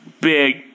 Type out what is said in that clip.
big